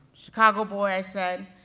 chicago boy, i said,